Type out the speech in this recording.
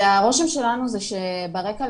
הרושם שלנו זה שברקע